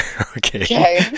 Okay